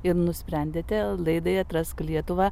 ir nusprendėte laidai atrask lietuvą